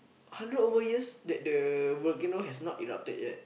hundred over years that the volcano has not erupted yet